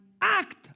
act